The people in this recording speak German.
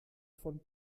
von